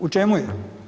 U čemu je?